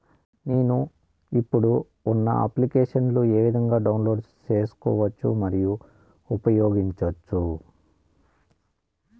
నేను, ఇప్పుడు ఉన్న అప్లికేషన్లు ఏ విధంగా డౌన్లోడ్ సేసుకోవచ్చు మరియు ఉపయోగించొచ్చు?